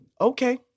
Okay